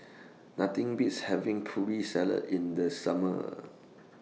Nothing Beats having Putri Salad in The Summer